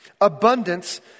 abundance